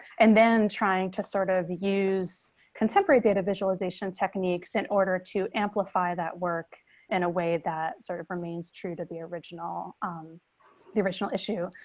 and then trying to sort of use contemporary data visualization techniques in order to amplify that work in a way that sort of remains true to the original um the original issue,